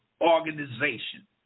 Organization